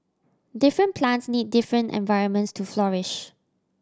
different plants need different environments to flourish